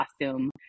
costume